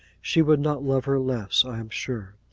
she would not love her less, i am sure.